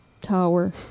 tower